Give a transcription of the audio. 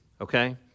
okay